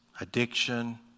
addiction